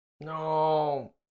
No